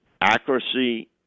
accuracy